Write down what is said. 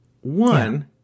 One